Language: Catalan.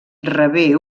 rebé